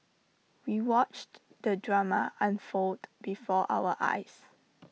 we watched the drama unfold before our eyes